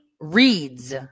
reads